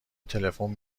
تلفن